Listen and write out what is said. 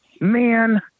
man